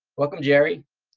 welcome, jerry.